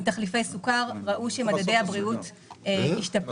עם תחליפי סוכר ראו שמדדי הבריאות השתפרו.